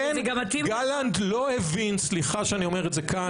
לכן גלנט לא הבין, סליחה שאני אומר את זה כאן.